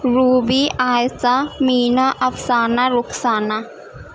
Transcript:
Ruby Ayesha Meena Afsana Rukhsana